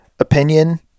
Opinion